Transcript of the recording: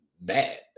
bad